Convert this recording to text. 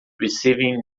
receiving